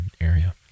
area